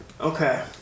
Okay